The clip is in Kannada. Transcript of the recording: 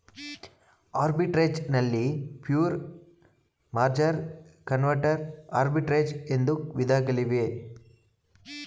ಆರ್ಬಿಟ್ರೆರೇಜ್ ನಲ್ಲಿ ಪ್ಯೂರ್, ಮರ್ಜರ್, ಕನ್ವರ್ಟರ್ ಆರ್ಬಿಟ್ರೆರೇಜ್ ಎಂಬ ವಿಧಗಳಿವೆ